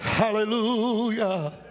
hallelujah